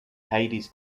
hyades